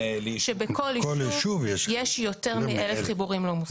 שבכל ישוב יש יותר מ-1,000 חיבורים לא מוסדרים.